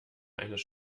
eines